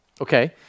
okay